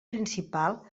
principal